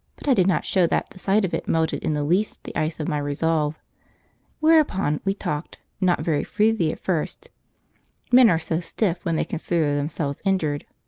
but i did not show that the sight of it melted in the least the ice of my resolve whereupon we talked, not very freely at first men are so stiff when they consider themselves injured.